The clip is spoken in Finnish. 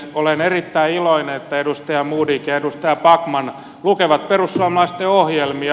olen erittäin iloinen että edustaja modig ja edustaja backman lukevat perussuomalaisten ohjelmia